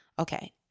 Okay